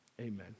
amen